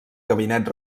gabinet